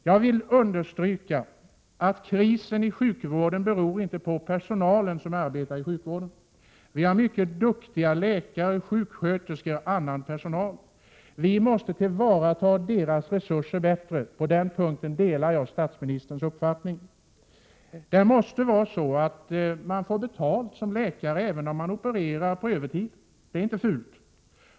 Jag vill understryka att krisen i sjukvården inte beror på personalen som arbetar inom sjukvården. Vi har mycket duktiga läkare, sjuksköterskor och annan personal. Vi måste tillvarata deras resurser bättre — på den punkten delar jag statsministerns uppfattning. Man måste få betalt som läkare även om man opererar på övertid. Det är inte fult.